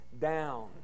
down